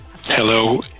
Hello